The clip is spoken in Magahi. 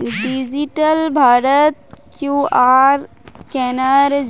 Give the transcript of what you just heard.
डिजिटल भारतत क्यूआर स्कैनेर